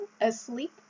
Asleep